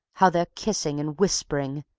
how they're kissing and whispering.